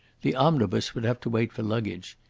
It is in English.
the omnibus would have to wait for luggage.